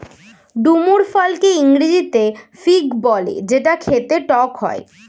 ডুমুর ফলকে ইংরেজিতে ফিগ বলে যেটা খেতে টক হয়